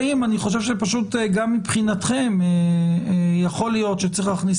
אני חושב שפשוט גם מבחינתכם יכול להיות שצריך להכניס